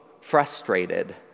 frustrated